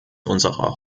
unserer